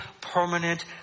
permanent